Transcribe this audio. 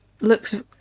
looks